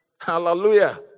Hallelujah